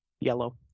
Yellow